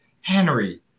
Henry